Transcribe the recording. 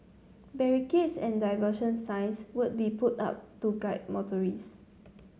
barricades and diversion signs will be put up to guide motorist